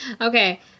Okay